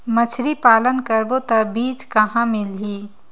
मछरी पालन करबो त बीज कहां मिलही?